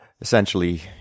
Essentially